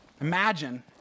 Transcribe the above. Imagine